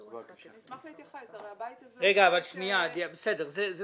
דבר שני, מה